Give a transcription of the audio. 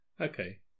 Okay